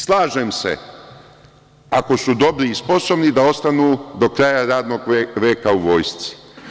Slažem se, ako su dobri i sposobni da ostanu do kraja radnog veka u vojsci.